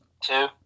Two